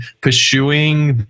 pursuing